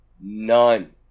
None